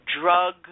drug